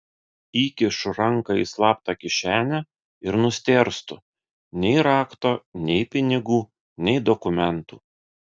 įkišu ranką į slaptą kišenę ir nustėrstu nei rakto nei pinigų nei dokumentų